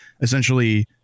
essentially